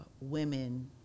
women